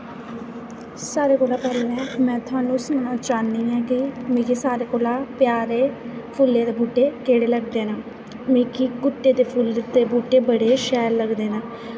सारें कोला पैह्लैं में तोआनूं सनाना चाह्नी आं कि मिगी सारें कोला प्यारे पुल्लें दे बीह्टे केह्ड़े लगदे नै मिगी गुट्टे दे फुल्ल दे बूह्टे बड़े शैल लगदे नै